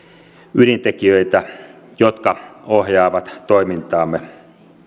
ydintekijöitä jotka ohjaavat toimintaamme